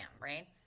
right